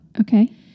Okay